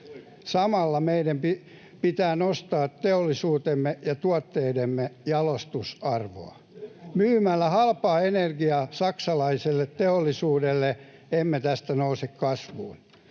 Samalla meidän pitää nostaa teollisuutemme ja tuotteidemme jalostusarvoa. Myymällä halpaa energiaa saksalaiselle teollisuudelle emme tästä nouse kasvuun.